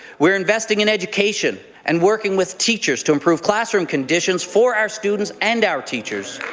we are investing in education and working with teachers to improve classroom conditions for our students and our teachers.